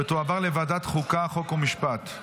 ותועבר לוועדת החוקה, חוק ומשפט.